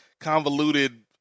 convoluted